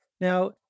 Now